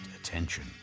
attention